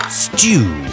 stew